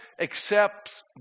accepts